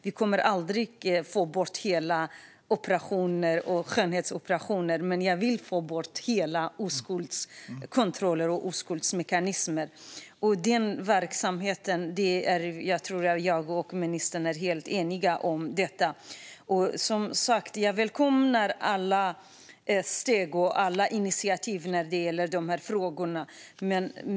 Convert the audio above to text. Vi kommer aldrig att få bort alla skönhetsoperationer. Men jag vill få bort alla oskuldskontroller och oskuldsmekanismer. Jag tror att jag och ministern är helt eniga om detta. Jag välkomnar alla steg och alla initiativ när det gäller de här frågorna.